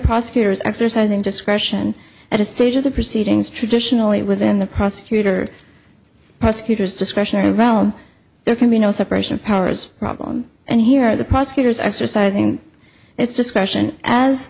prosecutor is exercising discretion at a stage of the proceedings traditionally within the prosecutor prosecutor's discretionary realm there can be no separation of powers problem and here are the prosecutors exercising its discretion as